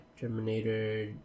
Terminator